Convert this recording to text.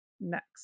next